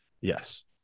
Yes